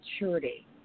maturity